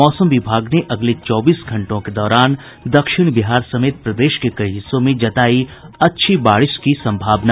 मौसम विभाग ने अगले चौबीस घंटों के दौरान दक्षिण बिहार समेत प्रदेश के कई हिस्सों में जतायी अच्छी बारिश की संभावना